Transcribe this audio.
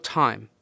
time